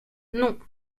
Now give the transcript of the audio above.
non